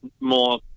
more